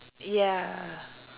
ya